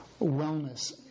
wellness